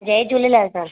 जय झूलेलाल दा